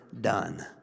done